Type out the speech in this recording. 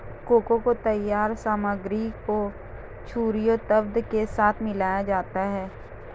cocoa के तैयार सामग्री को छरिये तत्व के साथ मिलाया जाता है